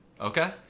Okay